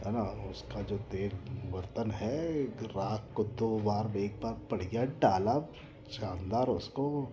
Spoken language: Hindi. है ना उसका जो तेल बर्तन है एक राख़ को दो बार एक बार पड़ गया डाला शानदार उसको